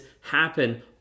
happen